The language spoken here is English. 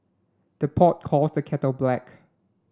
the pot calls the kettle black